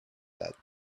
that